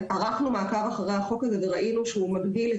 ערכנו מעקב אחרי החוק הזה וראינו שהוא מגדיל את